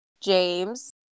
James